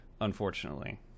unfortunately